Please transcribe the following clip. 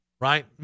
right